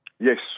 Yes